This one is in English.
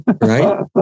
Right